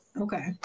Okay